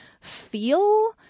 feel